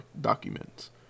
documents